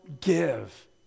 give